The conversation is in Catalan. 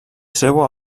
seua